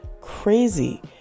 crazy